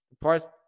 parts